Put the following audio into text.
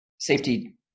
safety